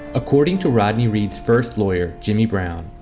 according to rodney reed's first lawyer jimmy brown,